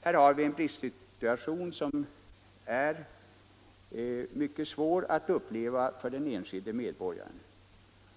Här har vi en bristsituation som är mycket svår att uppleva för den enskilde medborgaren.